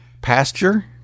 Pasture